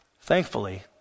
thankfully